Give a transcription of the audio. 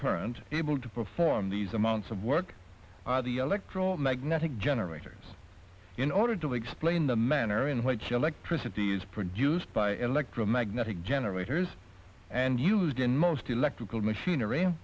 current able to perform these amounts of work are the electromagnetic generators in order to explain the manner in which electricity is produced by electromagnetic generators and used in most electrical machinery